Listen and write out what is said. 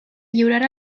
lliurar